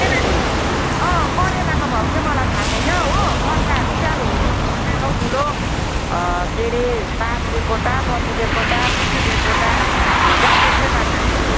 अँ करेलाको भाउ चाहिँ मलाई थाह छैन हो गट्टाहरू चाहिँ अब हेरिहेरि सानो ठुलो के अरे बाह्र रुपियाँ गोटा पन्ध्र रुपियाँ गोटा बिस रुपियाँ गोटा हुन्छ त्यस्तै प्रकारले